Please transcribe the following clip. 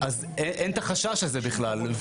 אז אין את החשש הזה בכלל.